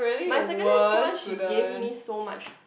my secondary one she gave me so much